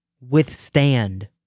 withstand